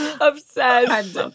Obsessed